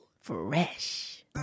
Fresh